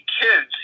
kids